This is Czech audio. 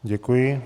Děkuji.